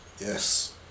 Yes